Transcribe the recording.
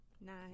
Nice